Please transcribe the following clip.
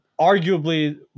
arguably